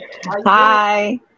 hi